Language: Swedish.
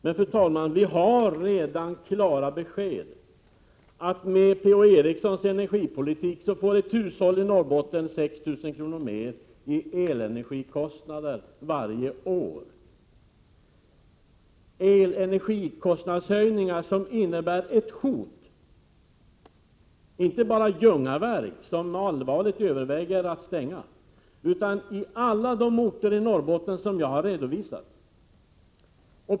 Men, fru talman, vi har redan fått klara besked om att Per-Ola Erikssons energipolitik för ett hushåll i Norrbotten innebär 6 000 kr. mer i elenergikostnader varje år. Dessa höjningar innebär ett hot inte bara mot Ljungaverk, där man allvarligt överväger att stänga, utan mot alla de orter i Norrbotten som jag har redovisat.